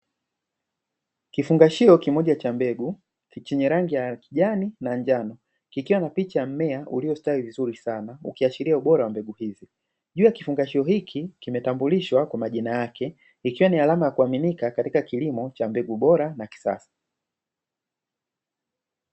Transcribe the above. Kifungashio kimoja cha mbeg, chenye rangi ya kijani na njano, kikiwa na picha ya mmea uliostawi vizuri sana, ukiashiria ubora wa mbegu hizi. Juu ya kifungashio hiki kimetambulishwa kwa majina yake, ikiwa ni alama ya kuaminika katika kilimo cha mbegu bora na kisasa.